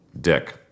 dick